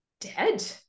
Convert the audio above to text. dead